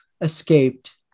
escaped